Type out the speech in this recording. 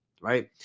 right